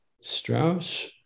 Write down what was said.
Strauss